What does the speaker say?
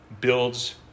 builds